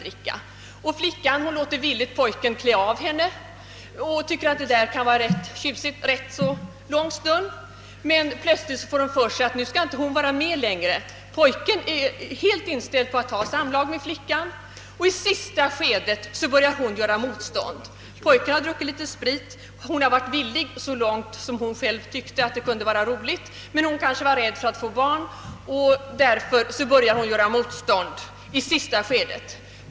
Flickan låter pojken villigt klä av henne och tycker att det är rätt tjusigt en ganska lång stund. Men plötsligt får hon för sig att hon inte skall vara med längre. Pojken är däremot helt inställd på att ha samlag med flickan. I sista skedet börjar hon göra motstånd. Pojken har druckit litet sprit. Flickan har varit villig så långt hon själv tyckte det kunde vara roligt, men hon kanske är rädd för att få barn och därför börjar hon göra motstånd i sista skedet.